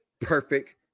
Perfect